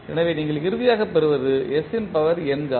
எனவே நீங்கள் இறுதியாகப் பெறுவது s ன் பவர் ny